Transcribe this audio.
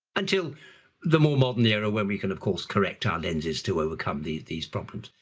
until the more modern era, when we can, of course, correct our lenses to overcome these these problems.